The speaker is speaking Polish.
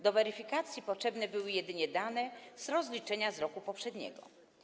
Do weryfikacji potrzebne były jedynie dane z rozliczenia z roku poprzedniego.